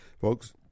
folks